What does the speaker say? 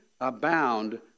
abound